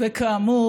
כמובן,